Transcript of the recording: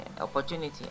opportunity